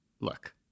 look